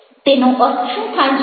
તેનો અર્થ શું થાય છે